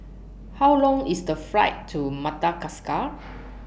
How Long IS The Flight to Madagascar